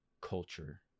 culture